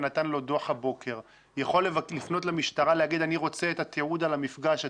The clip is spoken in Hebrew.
נתן לו דוח הבוקר יכול לפנות למשטרה ולבקש את התיעוד על המפגש,